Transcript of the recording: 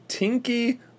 Tinky